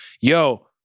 yo